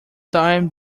time